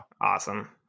Awesome